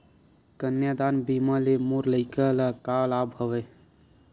कन्यादान बीमा ले मोर लइका ल का लाभ हवय?